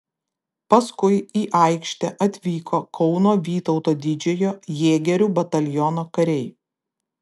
paskui į aikštę atvyko kauno vytauto didžiojo jėgerių bataliono kariai